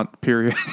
period